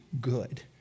good